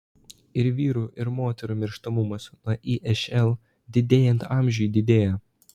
ir vyrų ir moterų mirštamumas nuo išl didėjant amžiui didėja